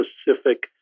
specific